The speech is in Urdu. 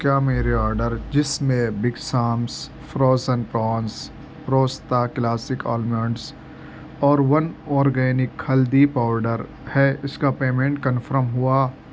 کیا میرے آرڈر جس میں Big Sam's frozen prawns Rostaa classic almonds اور ون اورگینک ہلدی پاؤڈر ہے اس کا پیمنٹ کنفرم ہوا